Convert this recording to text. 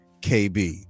KB